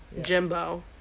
Jimbo